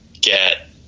get